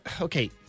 Okay